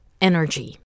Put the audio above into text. energy